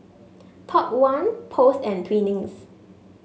Top One Post and Twinings